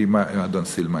לפי אדון סילמן.